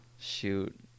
Shoot